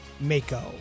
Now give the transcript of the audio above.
mako